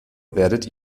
werdet